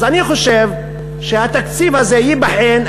אז אני חושב שהתקציב הזה ייבחן,